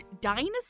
dinosaur